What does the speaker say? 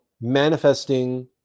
manifesting